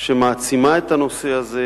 שמעצימה את הנושא הזה,